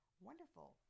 Wonderful